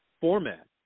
format